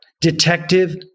detective